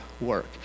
work